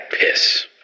piss